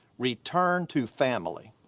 return to family.